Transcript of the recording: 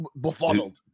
befuddled